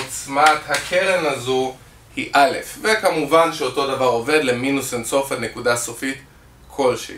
העוצמת הקרן הזו היא א' וכמובן שאותו דבר עובד למינוס אין סוף עד נקודה סופית כלשהי